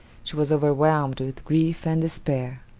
she was overwhelmed with grief and despair.